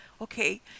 okay